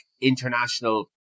international